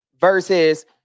Versus